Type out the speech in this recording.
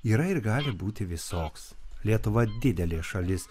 yra ir gali būti visoks lietuva didelė šalis